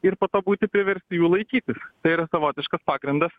ir po to būti priversti jų laikytis tai yra savotiškas pagrindas